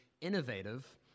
innovative